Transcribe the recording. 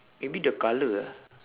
maybe the colour ah